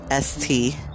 st